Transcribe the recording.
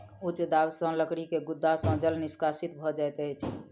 उच्च दाब सॅ लकड़ी के गुद्दा सॅ जल निष्कासित भ जाइत अछि